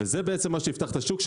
וזה מה שיפתח את השוק,